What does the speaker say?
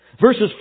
Verses